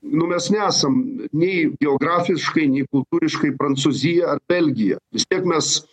nu mes nesam nei geografiškai nei kultūriškai prancūzija ar belgija vis tiek mes